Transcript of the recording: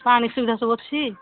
ପାଣି ସୁବିଧା ସବୁ ଅଛି